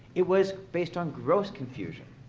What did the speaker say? it was based on gross confusion.